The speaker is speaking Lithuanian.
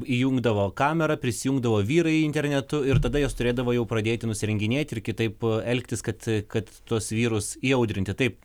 įjungdavo kamerą prisijungdavo vyrai internetu ir tada jos turėdavo jau pradėti nusirenginėti ir kitaip elgtis kad kad tuos vyrus įaudrinti taip